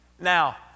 Now